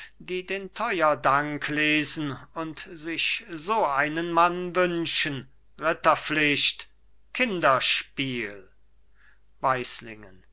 die den theuerdank lesen und sich so einen mann wünschen ritterpflicht kinderspiel